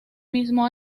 mismo